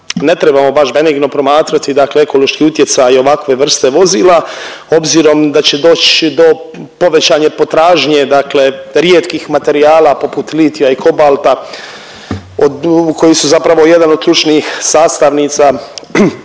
ne trebamo baš benigno promatrati ekološki utjecaj ovakve vrste vozila, obzirom da doći do povećane potražnje rijetkih materijala poput litija i kobalta koji su zapravo jedan od ključnih sastavnica